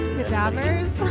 Cadavers